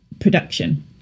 production